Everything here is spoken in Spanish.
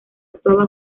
actuaba